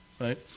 Right